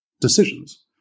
decisions